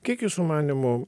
kiek jūsų manymu